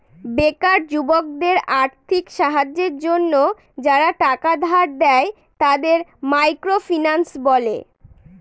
বেকার যুবকদের আর্থিক সাহায্যের জন্য যারা টাকা ধার দেয়, তাদের মাইক্রো ফিন্যান্স বলে